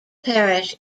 parish